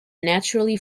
naturally